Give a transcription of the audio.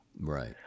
Right